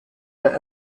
der